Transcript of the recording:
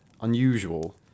unusual